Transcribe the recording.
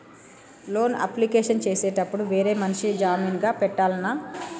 Loan application చేసేటప్పుడు వేరే మనిషిని జామీన్ గా పెట్టాల్నా?